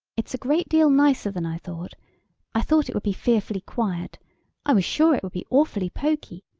it's a great deal nicer than i thought i thought it would be fearfully quiet i was sure it would be awfully poky.